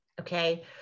okay